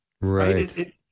Right